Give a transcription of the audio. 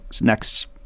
next